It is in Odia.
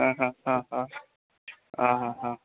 ହଁ ହଁ ହଁ ହଁ ହଁ ହଁ ହଁ